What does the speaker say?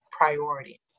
priority